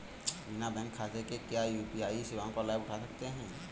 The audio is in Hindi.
बिना बैंक खाते के क्या यू.पी.आई सेवाओं का लाभ उठा सकते हैं?